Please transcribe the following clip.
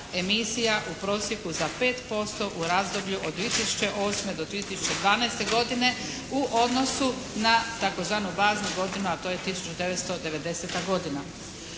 emisija u prosjeku za 5% u razdoblju od 2008. do 2012. godine u odnosu na tzv. baznu godinu, a to je 1990. godina.